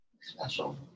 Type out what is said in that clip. special